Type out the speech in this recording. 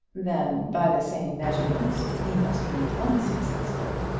then by the same measurement he must be unsuccessful.